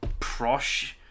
prosh